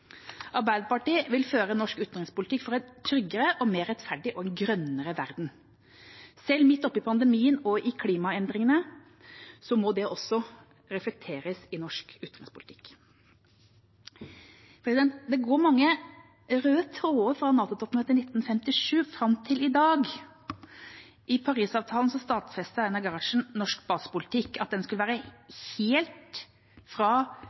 Arbeiderpartiet vil føre norsk utenrikspolitikk for et tryggere, mer rettferdig og en grønnere verden. Selv midt oppe i pandemien og i klimaendringene må det også reflekteres i norsk utenrikspolitikk. Det går mange røde tråder fra NATO-toppmøtet i 1957 fram til i dag. I Paris-avtalen stadfestet Einar Gerhardsen norsk basepolitikk, grunnlegging av det som var Norges politikk, at det ikke skulle